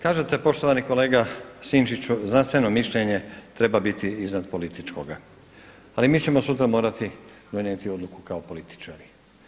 Kažete poštovani kolega Sinčiću, znanstveno mišljenje treba biti iznad političkoga, ali ćemo sutra morati donijeti odluku kao političari.